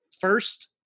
first